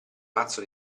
mazzo